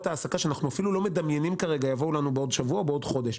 העסקה יבואו לנו בעוד שבוע או בעוד חודש.